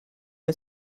est